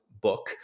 book